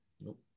Nope